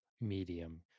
medium